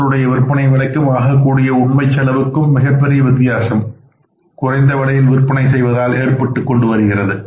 பொருளுடைய விற்பனை விலைக்கும் ஆகக்கூடிய உண்மை செலவுகளுக்கும் மிகப்பெரிய வித்தியாசம் குறைந்த விலையில் விற்பனை செய்வதனால் ஏற்பட்டுள்ளது